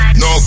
no